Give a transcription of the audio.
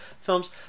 films